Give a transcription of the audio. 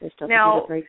Now